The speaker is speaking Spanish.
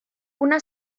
una